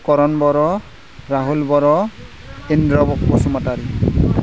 करन बर' राहुल बर' इन्द्र' बसुमतारि